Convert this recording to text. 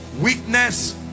Weakness